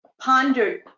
pondered